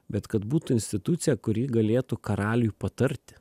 bet kad būtų institucija kuri galėtų karaliui patarti